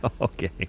Okay